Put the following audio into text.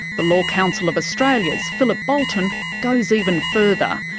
the law council of australia's philip boulten goes even further,